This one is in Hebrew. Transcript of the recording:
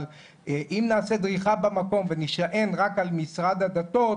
אבל אם נעמוד במקום ונישען רק על משרד הדתות,